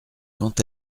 quand